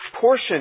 portion